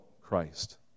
Christ